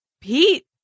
Pete